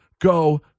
go